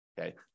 okay